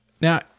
now